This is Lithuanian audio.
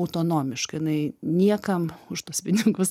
autonomiška jinai niekam už tuos pinigus